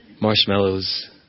marshmallows